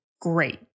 great